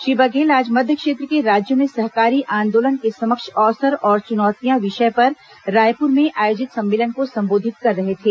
श्री बघेल आज मध्य क्षेत्र के राज्यों में सहकारी आंदोलन के समक्ष अवसर और चुनौतियां विषय पर रायपुर में आयोजित सम्मेलन को संबोधित कर रहे थे